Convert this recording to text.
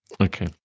Okay